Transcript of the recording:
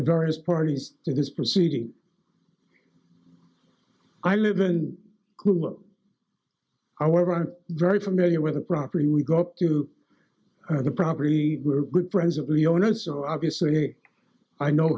various parties in this proceeding i live in however i'm very familiar with the property we go up to the property we're good friends of the owners of obviously i know